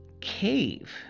cave